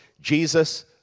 Jesus